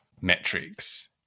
metrics